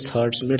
19Hz मिळते